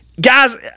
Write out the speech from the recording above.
Guys